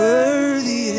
Worthy